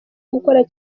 gukora